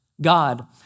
God